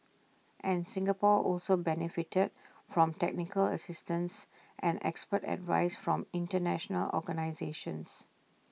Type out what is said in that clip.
and Singapore also benefited from technical assistance and expert advice from International organisations